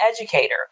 educator